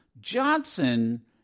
Johnson